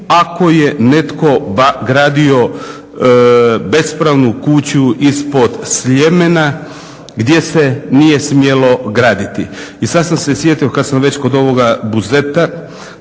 ako je netko gradio bespravnu kuću ispod Sljemena gdje se nije smjelo graditi. I sada sam se sjetio kada sam već kod ovoga Buzeta,